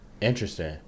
Interesting